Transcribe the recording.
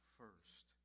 first